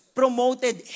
promoted